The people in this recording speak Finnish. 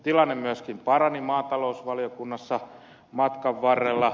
tilanne myöskin parani maatalousvaliokunnassa matkan varrella